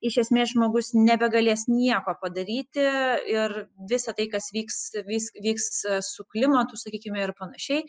iš esmės žmogus nebegalės nieko padaryti ir visa tai kas vyks vis vyks su klimatu sakykime ir panašiai